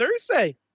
Thursday